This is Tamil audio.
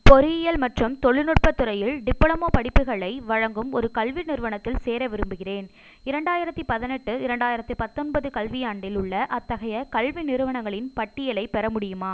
பொறியியல் மற்றும் தொழில்நுட்பத் துறையில் டிப்ளமா படிப்புகளை வழங்கும் ஒரு கல்வி நிறுவனத்தில் சேர விரும்புகிறேன் இரண்டாயிரத்தி பதினெட்டு இரண்டாயிரத்தி பத்தொன்பது கல்வியாண்டில் உள்ள அத்தகைய கல்வி நிறுவனங்களின் பட்டியலைப் பெற முடியுமா